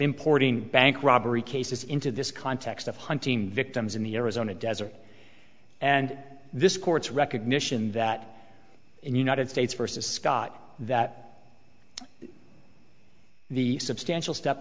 importing bank robbery cases into this context of hunting victims in the arizona desert and this court's recognition that and united states versus scott that the substantial step